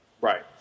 Right